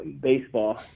baseball